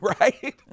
right